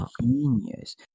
genius